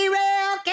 real